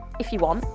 if you want,